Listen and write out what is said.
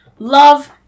Love